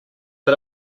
but